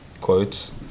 quotes